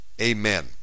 amen